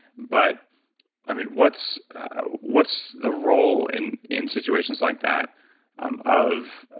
but i mean what's ah what's the role in in situations like that um of.